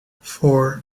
four